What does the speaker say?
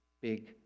big